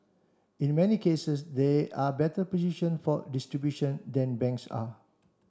and in many cases they are better positioned for distribution than banks are